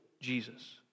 jesus